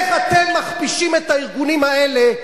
איך אתם מכפישים את הארגונים האלה,